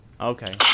Okay